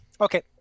Okay